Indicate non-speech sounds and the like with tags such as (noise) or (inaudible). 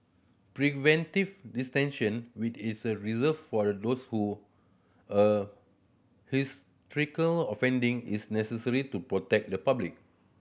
preventive (unintelligible) which is a reserved for those (hesitation) (unintelligible) offending is necessary to protect the public